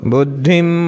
Buddhim